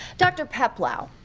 dr. peplau,